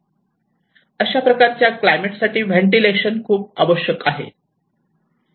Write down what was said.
अशा प्रकारच्या क्लायमेटसाठी व्हेंटिलेशन खूप आवश्यक आहे